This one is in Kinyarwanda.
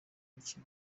bake